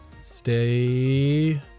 Stay